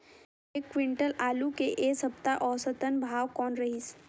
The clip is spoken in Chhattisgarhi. एक क्विंटल आलू के ऐ सप्ता औसतन भाव कौन रहिस?